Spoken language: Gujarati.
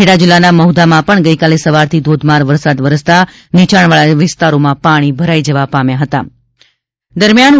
ખેડા જિલ્લાના મહુધામાં પણ ગઇકાલે સવારથી ધોધમાર વરસાદ થતાં નીચાણવાળા વિસ્તારોમાં પાણી ભરાઇ જવા પામ્યા હાત